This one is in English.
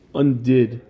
undid